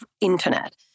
internet